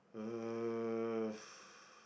uh